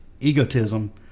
egotism